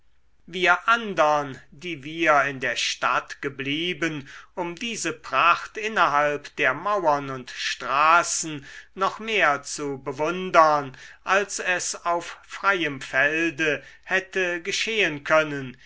wir andern die wir in der stadt geblieben um diese pracht innerhalb der mauern und straßen noch mehr zu bewundern als es auf freiem felde hätte geschehen können